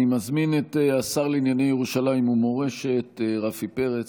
אני מזמין את השר לענייני ירושלים ומורשת רפי פרץ,